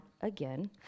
again